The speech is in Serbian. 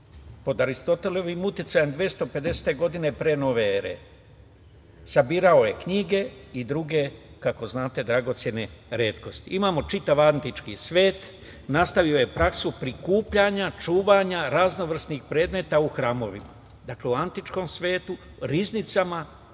pod Aristotelovim uticajem 250. godine pre nove ere. Sabirao je knjige i druge, kako znate, dragocene retkosti. Imamo čitav antički svet, nastavio je praksu prikupljanja, čuvanja raznovrsnih predmeta u hramovima. Dakle, u antičkom svetu, riznicama